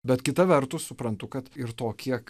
bet kita vertus suprantu kad ir to kiek